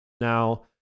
Now